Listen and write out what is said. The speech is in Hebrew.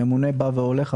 ממונה בא והולך,